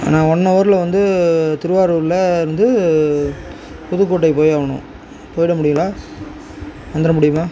நான் ஒன் ஹவரில் வந்து திருவாரூரில் இருந்து புதுக்கோட்டைக்கு போய் ஆகணும் போயிட முடியுங்களா வந்துட முடியுமா